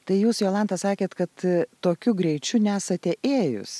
tai jūs jolanta sakėt kad tokiu greičiu nesate ėjus